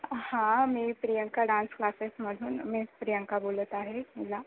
हां मी प्रियंका डान्स क्लासेसमधून मी प्रियंका बोलत आहे मला